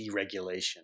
deregulation